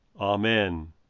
Amen